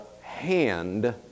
hand